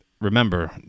remember